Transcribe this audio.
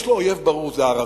יש לו אויב ברור, וזה הערבים.